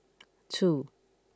two